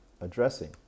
addressing